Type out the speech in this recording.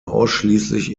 ausschließlich